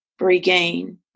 regain